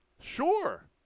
Sure